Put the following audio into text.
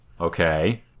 Okay